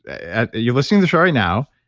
as you're listening to us right now,